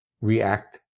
react